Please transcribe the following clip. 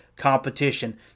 competition